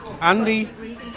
andy